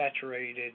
saturated